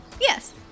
Yes